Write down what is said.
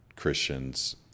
Christians